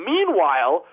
Meanwhile